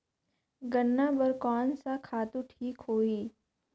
गन्ना बार कोन सा खातु ठीक होही?